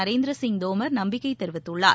நரேந்திர சிங் தோமர் நம்பிக்கை தெரிவித்துள்ளார்